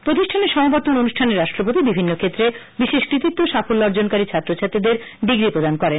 প্রতিষ্ঠানের সমাবর্তন অনুষ্ঠানে রাষ্ট্রপতি বিভিন্ন ক্ষেত্রে বিশেষ কৃতিত্ব ও সাফল্য অর্জনকারী ছাত্রছাত্রীদের ডিগ্রী প্রদান করেন